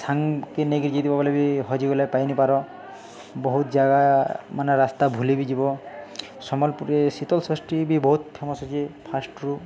ସାଙ୍ଗ୍କେ ନେଇକିରି ଯାଇଥିବ ବଏଲେ ବି ହଜିଗଲେ ପାଇନିପାର ବହୁତ୍ ଜାଗା ମାନେ ରାସ୍ତା ଭୁଲି ବି ଯିବ ସମ୍ବଲପୁର୍ ରେ ଶୀତଳଷଷ୍ଠୀ ବି ବହୁତ୍ ଫେମସ୍ ଅଛେ ଫାଷ୍ଟ୍ରୁୁ